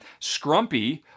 scrumpy